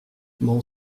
mon